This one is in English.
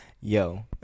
yo